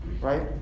right